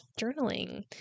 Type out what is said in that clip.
journaling